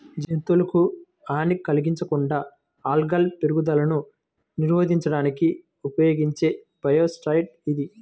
జంతువులకు హాని కలిగించకుండా ఆల్గల్ పెరుగుదలను నిరోధించడానికి ఉపయోగించే బయోసైడ్ ఇది